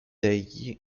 egli